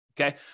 okay